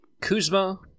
Kuzma